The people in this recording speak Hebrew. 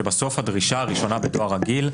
שבסוף הדרישה הראשונה בדואר רגיל,